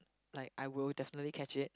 like I will definitely catch it